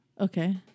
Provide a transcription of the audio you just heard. Okay